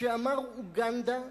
כשאמר "אוגנדה",